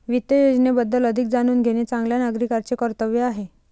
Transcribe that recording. वित्त योजनेबद्दल अधिक जाणून घेणे चांगल्या नागरिकाचे कर्तव्य आहे